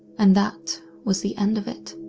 and that was the end of it.